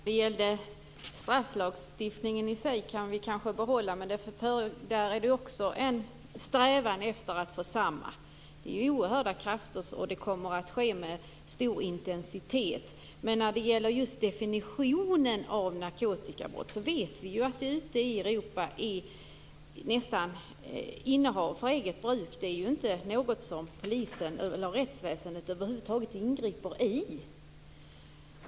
Fru talman! Strafflagstiftningen i sig kan vi kanske få behålla. Men också där finns en strävan efter att få samma bestämmelser. Det är oerhörda krafter som verkar med stor intensitet. När det gäller just definitionen av narkotikabrott vet vi att innehav för eget bruk ute i Europa inte är något som rättsväsendet över huvud taget ingriper mot.